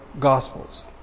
Gospels